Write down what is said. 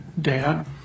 dad